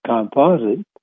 Composite